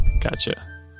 gotcha